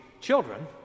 children